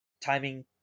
timing